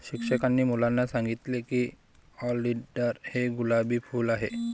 शिक्षकांनी मुलांना सांगितले की ऑलिंडर हे गुलाबी फूल आहे